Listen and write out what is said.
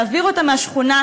להעביר אותם מהשכונה,